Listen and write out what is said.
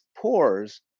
pores